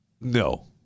No